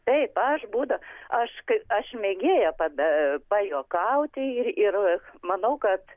taip aš būdą aš kai aš mėgėja pabe pajuokauti ir ir manau kad